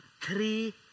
three